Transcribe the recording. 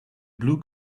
blue